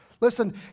Listen